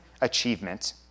achievement